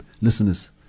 listeners